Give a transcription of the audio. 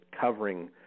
covering